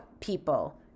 people